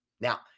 Now